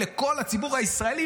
לכל הציבור הישראלי,